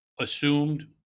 assumed